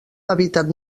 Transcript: hàbitat